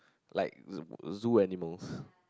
like zoo zoo animals